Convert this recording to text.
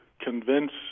convince